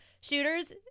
shooters